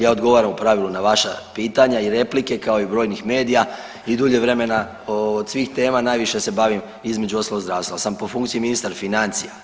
Ja odgovaram u pravilu na vaša pitanja i replike kao i mnogih medija i dulje vremena od svih tema, najviše se bavim, između ostalog, zdravstva, ali sam po funkciji ministar financija.